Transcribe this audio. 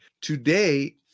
today